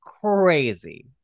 Crazy